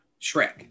Shrek